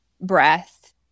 breath